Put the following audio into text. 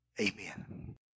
amen